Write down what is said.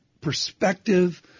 perspective